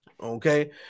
Okay